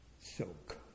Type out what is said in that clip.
soak